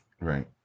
Right